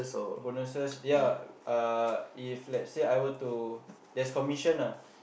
bonuses yeah uh if lets say I were to there's commission lah